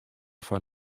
foar